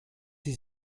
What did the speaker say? sie